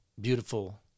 beautiful